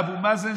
בעבר: אבו מאזן,